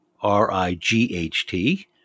R-I-G-H-T